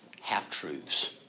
half-truths